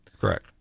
Correct